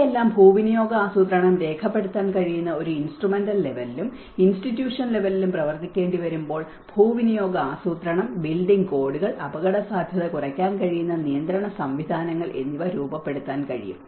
ഇവയെല്ലാം ഭൂവിനിയോഗ ആസൂത്രണം രൂപപ്പെടുത്താൻ കഴിയുന്ന ഒരു ഇൻസ്ട്രുമെന്റൽ ലെവെലിലും ഇന്സ്ടിട്യൂഷനൽ ലെവെലിലും പ്രവർത്തിക്കേണ്ടിവരുമ്പോൾ ഭൂവിനിയോഗ ആസൂത്രണം ബിൽഡിംഗ് കോഡുകൾ അപകടസാധ്യത കുറയ്ക്കാൻ കഴിയുന്ന നിയന്ത്രണ സംവിധാനങ്ങൾ എന്നിവ രൂപപ്പെടുത്താൻ കഴിയും